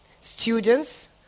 students